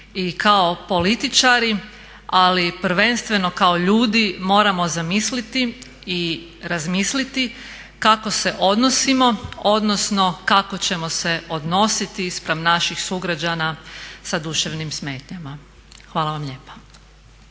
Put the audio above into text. i kao političari, ali prvenstveno kao ljudi moramo zamisliti i razmisliti kako se odnosimo odnosno kako ćemo se odnositi spram naših sugrađana sa duševnim smetnjama. Hvala vam lijepa.